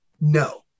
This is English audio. No